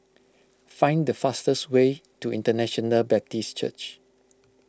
find the fastest way to International Baptist Church